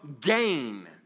gain